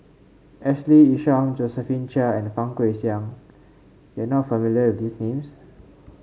Ashley Isham Josephine Chia and Fang Guixiang you are not familiar with these names